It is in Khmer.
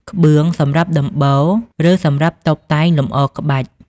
ក្បឿង: សម្រាប់ដំបូល ឬសម្រាប់តុបតែងលម្អក្បាច់។